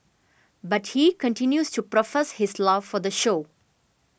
but he continues to profess his love for the show